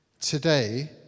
Today